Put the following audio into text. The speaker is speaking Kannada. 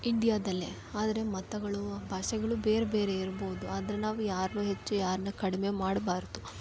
ಇಂಡಿಯಾದಲ್ಲೇ ಆದರೆ ಮತಗಳು ಭಾಷೆಗಳು ಬೇರೆಬೇರೆ ಇರ್ಬೋದು ಆದರೆ ನಾವು ಯಾರನ್ನು ಹೆಚ್ಚು ಯಾರನ್ನು ಕಡಿಮೆ ಮಾಡಬಾರ್ದು